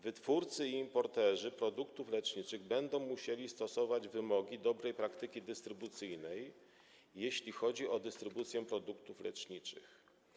Wytwórcy i importerzy produktów leczniczych będą musieli stosować wymogi dobrej praktyki dystrybucyjnej, jeśli chodzi o dystrybucję produktów leczniczych.